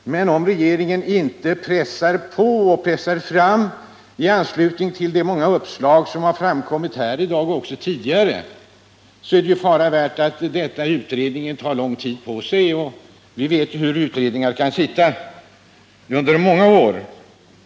Men om regeringen inte pressar på i anslutning till de många uppslag som har framkommit här och även tidigare, är det fara värt att utredningarna tar lång tid på sig. Vi vet att utredningar kan sitta i många år.